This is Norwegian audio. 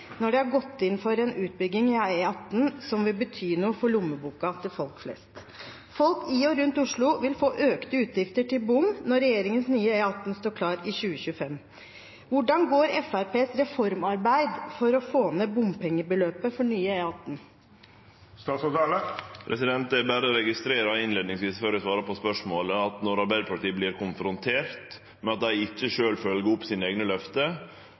er imot bompenger, når de har gått inn for en utbygging av E18 som vil bety noe for lommeboka til folk flest. Folk i og rundt Oslo vil få økte utgifter til bom når regjeringens nye E18 står klar i 2025. Hvordan går Fremskrittspartiets reformarbeid for å få ned bompengebeløpet for nye E18? Eg berre registrerer innleiingsvis – før eg svarar på spørsmålet – at når Arbeidarpartiet vert konfrontert med at dei ikkje sjølve følgjer opp sine eigne løfte,